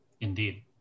Indeed